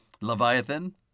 Leviathan